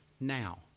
now